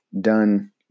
done